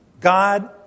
God